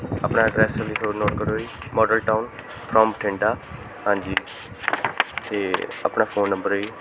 ਆਪਣਾ ਐਡਰੈਸ ਲਿਖੋ ਨੋਟ ਕਰੋ ਜੀ ਮਾਡਲ ਟਾਊਨ ਫਰੋਮ ਬਠਿੰਡਾ ਹਾਂਜੀ ਅਤੇ ਆਪਣਾ ਫੋਨ ਨੰਬਰ ਹੈ ਜੀ